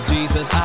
Jesus